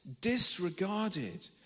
disregarded